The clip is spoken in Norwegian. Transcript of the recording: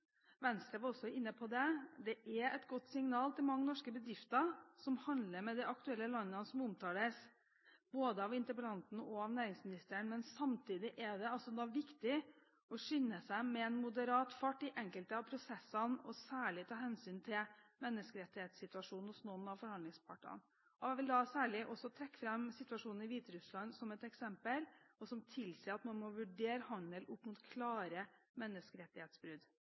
Venstre var også inne på det. Det er et godt signal til mange norske bedrifter som handler med de aktuelle landene som omtales både av interpellanten og næringsministeren, men samtidig er det viktig å skynde seg med moderat fart i enkelte av prosessene og særlig ta hensyn til menneskerettighetssituasjonen hos noen av forhandlingspartene. Jeg vil særlig trekke fram situasjonen i Hviterussland som et eksempel som tilsier at man må vurdere handel opp mot klare menneskerettighetsbrudd.